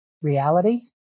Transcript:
Reality